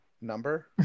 number